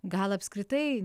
gal apskritai